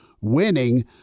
winning